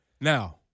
Now